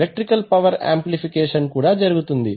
electrical power amplification కూడా జరుగుతుంది